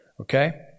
Okay